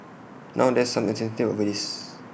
now there's some uncertainty over this